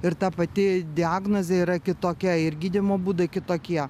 ir ta pati diagnozė yra kitokia ir gydymo būdai kitokie